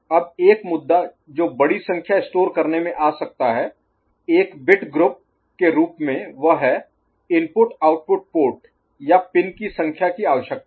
अब एक मुद्दा जो बड़ी संख्या स्टोर करने में आ सकता है एक बिट ग्रुप के रूप में वह है इनपुट आउटपुट पोर्ट या पिन की संख्या की आवश्यकता